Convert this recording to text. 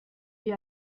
wie